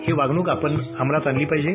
ती वागणूक आपण आचरणात आणली पाहिजे